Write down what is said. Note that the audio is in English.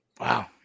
Wow